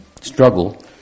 struggle